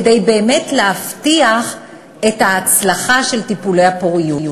באמת כדי להבטיח את ההצלחה של טיפולי הפוריות,